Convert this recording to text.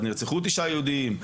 אז נרצחו תשעה יהודים,